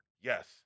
Yes